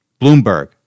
Bloomberg